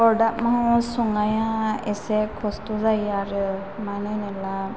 अरदाबाव संनाया एसे खस्थ' जायो आरो मानो होनोब्ला